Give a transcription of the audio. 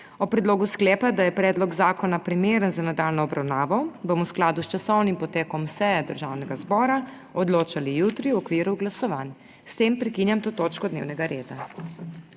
O predlogu sklepa, da je predlog zakona primeren za nadaljnjo obravnavo, bomo v skladu s časovnim potekom seje Državnega zbora odločali jutri v okviru glasovanj. S tem prekinjam to točko dnevnega reda.